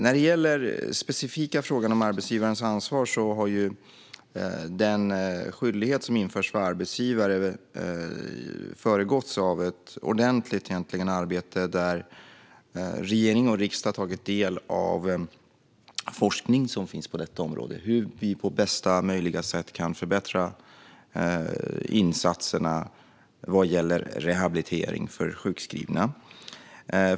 När det gäller den specifika frågan om arbetsgivarens ansvar har den skyldighet som införts för arbetsgivare föregåtts av ett ordentligt arbete där regering och riksdag tagit del av forskning som finns på detta område om hur vi på bästa möjliga sätt kan förbättra insatserna vad gäller rehabilitering för sjukskrivna.